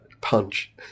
punch